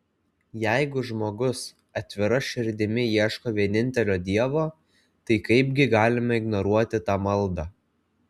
jeigu žmogus atvira širdimi ieško vienintelio dievo tai kaipgi galime ignoruoti tą maldą